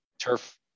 turf